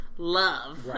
Love